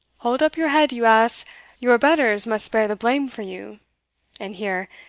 hold up your head, you ass your betters must bear the blame for you and here,